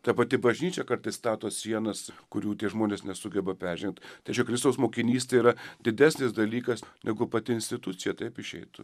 ta pati bažnyčia kartais stato sienas kurių tie žmonės nesugeba peržengt tačiau kristaus mokinystė yra didesnis dalykas negu pati institucija taip išeitų